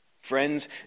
Friends